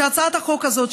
שהצעת החוק הזאת,